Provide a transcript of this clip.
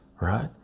right